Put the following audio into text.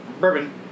Bourbon